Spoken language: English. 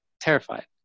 terrified